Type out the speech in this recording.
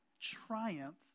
triumph